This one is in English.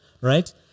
right